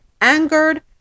angered